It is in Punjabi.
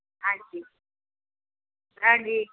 ਹਾਂਜੀ ਹਾਂਜੀ